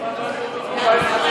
למה לא העבירו, ?